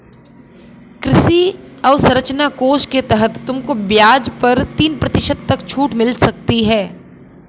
कृषि अवसरंचना कोष के तहत तुमको ब्याज पर तीन प्रतिशत तक छूट मिल सकती है